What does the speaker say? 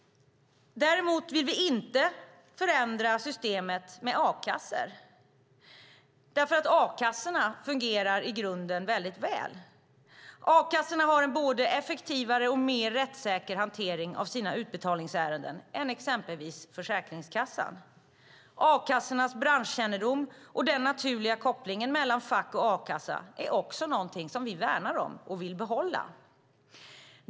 Däremot vill vi inte förändra systemet med a-kassor, för a-kassorna fungerar i grunden väldigt väl. A-kassorna har en effektivare och mer rättssäker hantering av sina utbetalningsärenden än exempelvis Försäkringskassan. A-kassornas branschkännedom och den naturliga kopplingen mellan fack och a-kassa är också någonting som vi värnar om och vill behålla.